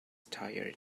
tired